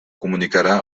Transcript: comunicarà